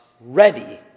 ready